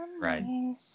Right